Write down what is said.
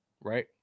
right